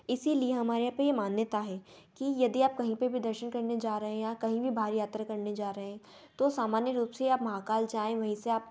इसलिए हमारे यहाँ पर यह मान्यता है कि यदी आप कहीं पर भी दर्शन करने जा रहे हैं या कहीं भी बाहरी यात्रा करने जा रहे हैं तो सामान्य रूप से आप महाकाल जाएँ वहीं से आप